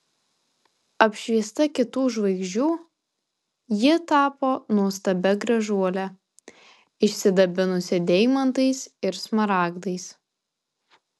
apšviesta kitų žvaigždžių ji tapo nuostabia gražuole išsidabinusia deimantais ir smaragdais